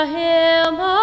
hymn